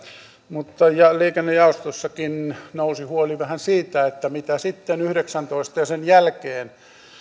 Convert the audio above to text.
mutta liikennejaostossakin nousi huoli vähän siitä mitä sitten yhdeksäntoista ja sen jälkeen